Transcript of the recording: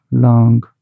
long